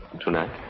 Tonight